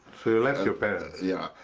left your parents. yeah.